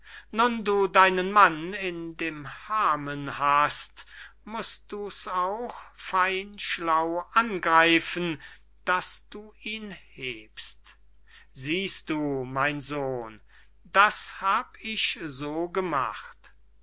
nun du deinen mann in dem hamen hast must du's auch fein schlau angreifen daß du ihn hebst siehst du mein sohn das hab ich so gemacht